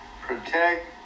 protect